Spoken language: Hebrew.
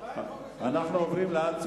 יושב-ראש ועדת